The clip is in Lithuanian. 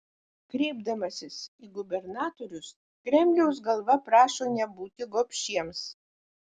kreipdamasis į gubernatorius kremliaus galva prašo nebūti gobšiems